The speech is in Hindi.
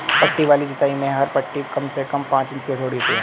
पट्टी वाली जुताई में हर पट्टी कम से कम पांच इंच चौड़ी होती है